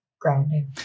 grounding